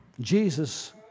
Jesus